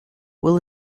will